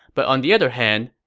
but on the other hand,